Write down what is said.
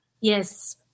Yes